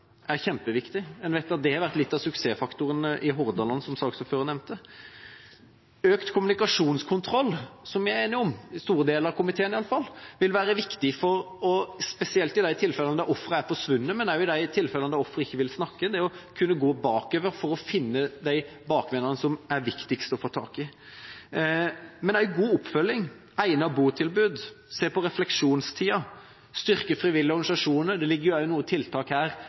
er kjempeviktig. En vet at det har vært litt av suksessfaktoren i Hordaland, som saksordføreren nevnte. Økt kommunikasjonskontroll, som vi er enige om iallfall i store deler av komiteen, vil være viktig spesielt i de tilfellene der offeret er forsvunnet, men òg i tilfellene der offeret ikke vil snakke – det å kunne gå bakover for å finne bakmennene som er viktigst å få tak i. God oppfølging, egnet botilbud, se på refleksjonstida, styrke frivillige organisasjoner – det ligger jo også noen tiltak